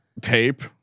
Tape